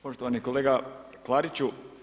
Poštovani kolega Klariću.